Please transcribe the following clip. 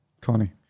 Connie